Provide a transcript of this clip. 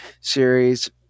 series